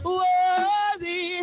worthy